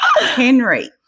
Henry